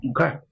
Okay